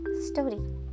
story